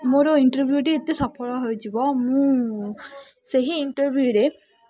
ମୋର ଇଣ୍ଟରଭ୍ୟୁଟି ଏତେ ସଫଳ ହୋଇଯିବ ମୁଁ ସେହି ଇଣ୍ଟରଭ୍ୟୁରେ